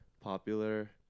Popular